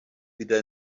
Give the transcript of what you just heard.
wieder